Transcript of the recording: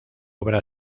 obra